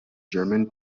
german